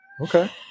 Okay